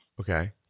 Okay